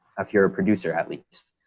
if you're a producer at least,